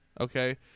Okay